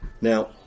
Now